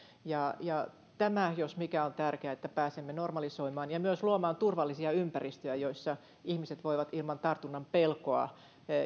ja ja tämä jos mikä on tärkeää että pääsemme normalisoimaan ja myös luomaan turvallisia ympäristöjä joissa ihmiset voivat ilman tartunnan pelkoa